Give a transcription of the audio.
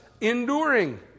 enduring